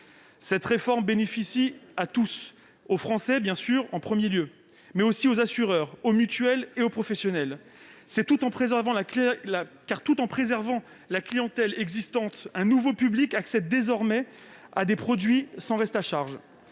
Cette réforme bénéficie à tous : aux Français, bien sûr, en premier lieu, mais aussi aux assureurs, aux mutuelles et aux professionnels, car tout en préservant la clientèle existante, un nouveau public accède désormais à des produits sans reste à charge.